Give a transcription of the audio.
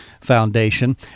Foundation